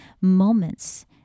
moments